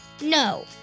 No